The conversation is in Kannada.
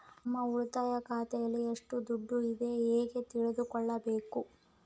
ನಮ್ಮ ಉಳಿತಾಯ ಖಾತೆಯಲ್ಲಿ ಎಷ್ಟು ದುಡ್ಡು ಇದೆ ಹೇಗೆ ತಿಳಿದುಕೊಳ್ಳಬೇಕು?